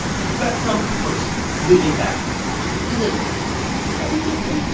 and you've got some person living back then delivery man was that even a thing?